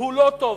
שהוא לא טוב,